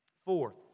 Fourth